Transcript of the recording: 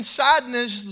sadness